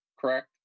correct